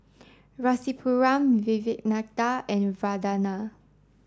Rasipuram Vivekananda and Vandana